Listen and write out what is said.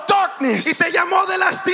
darkness